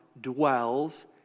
dwells